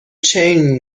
chain